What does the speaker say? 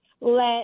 let